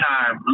Time